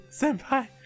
Senpai